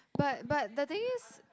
but but the thing is